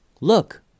Look